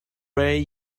way